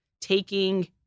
taking